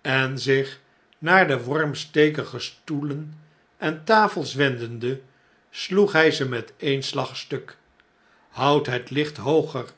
en zich naar de wormstekige stoelen en tafels wendende sloeg hjjze meteenslagstuk houd het licht hooger